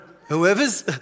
whoever's